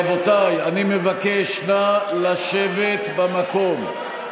רבותיי, אני מבקש, נא לשבת במקום.